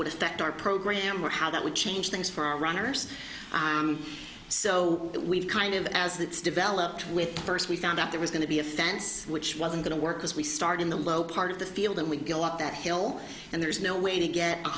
would affect our program or how that would change things for our runners so we've kind of as it's developed with first we found out there was going to be a fence which was going to work as we start in the low part of the field and we go up that hill and there's no way to get